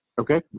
Okay